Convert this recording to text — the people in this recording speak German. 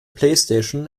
playstation